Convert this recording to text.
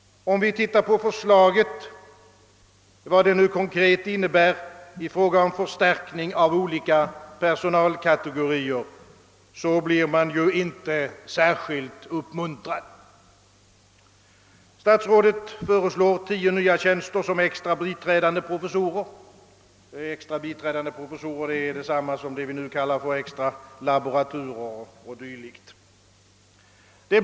Om man ser på vad förslaget konkret innebär i fråga om förstärkning av olika personalkategorier, så blir man inte särskilt uppmuntrad. Statsrådet föreslår tio nya tjänster som extra biträdande professorer — extra biträdande professorer är detsamma som det vi nu kallar för extra laboratorer o.d.